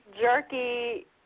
jerky